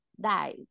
die